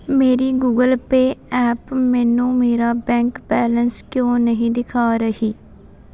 ਮੇਰੀ Google Pay app ਮੈਨੂੰ ਮੇਰਾ ਬੈਂਕ ਬੈਲੇਂਸ ਕਿਉਂ ਨਹੀਂ ਦਿਖਾ ਰਹੀ